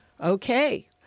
Okay